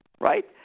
right